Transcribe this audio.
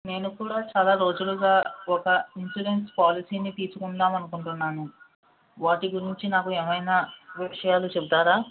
నేను కూడా చాలా రోజులుగా ఒక ఇన్సూరెన్స్ పాలసీని తీసుకుందాము అనుకుంటున్నాను వాటి గురించి నాకు ఏమైనా విషయాలు చెబుతారా